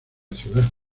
ciudad